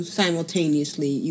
simultaneously